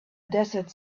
desert